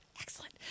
Excellent